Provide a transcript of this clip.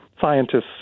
scientists